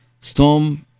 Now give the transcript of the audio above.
storm